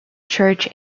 church